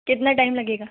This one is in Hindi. कितना टाइम लगेगा